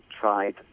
tried